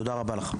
תודה רבה לך.